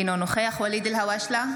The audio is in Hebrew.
אינו נוכח ואליד אלהואשלה,